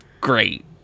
great